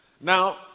Now